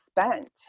spent